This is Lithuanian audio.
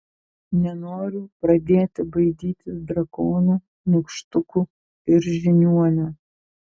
nenoriu pradėti baidytis drakonų nykštukų ir žiniuonių